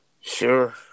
Sure